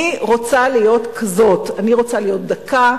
אני רוצה להיות כזאת, אני רוצה להיות דקה.